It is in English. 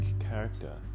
character